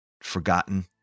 forgotten